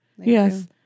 Yes